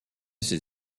ses